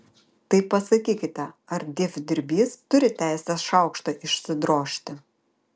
tai pasakykite ar dievdirbys turi teisę šaukštą išsidrožti